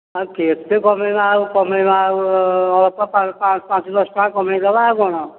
ହଁ କେତେ କମେଇବା ଆଉ କମେଇବା ଆଉ ଅଳ୍ପ ପାଞ୍ଚ ଦଶ ଟଙ୍କା କମେଇ ଦେବା ଆଉ କ'ଣ